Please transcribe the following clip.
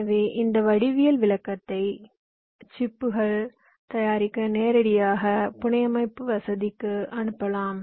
எனவே இந்த வடிவியல் விளக்கத்தை சிப்புகள் தயாரிக்க நேரடியாக புனையமைப்பு வசதிக்கு அனுப்பலாம்